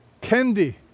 candy